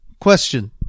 question